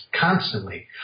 constantly